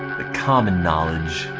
common knowledge